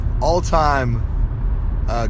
all-time